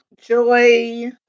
joy